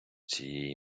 цієї